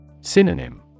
Synonym